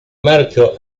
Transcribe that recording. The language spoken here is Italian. marchio